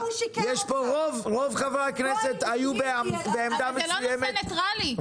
יש פה רוב חברי הכנסת היו בעמדה מסוימת,